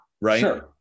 Right